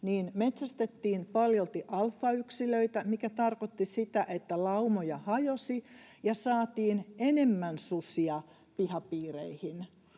metsästettiin paljolti alfayksilöitä, mikä tarkoitti sitä, että laumoja hajosi ja saatiin enemmän susia pihapiireihin,